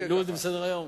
להוריד מסדר-היום?